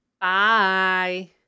bye